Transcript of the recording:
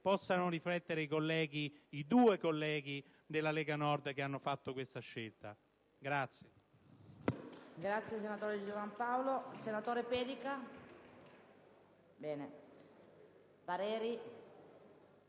possano riflettere i due colleghi della Lega Nord che hanno fatto questa scelta.